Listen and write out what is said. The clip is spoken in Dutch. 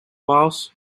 waals